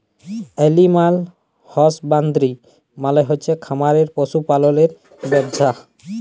animal husbandry মালে হচ্ছে খামারে পশু পাললের ব্যবছা